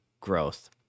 growth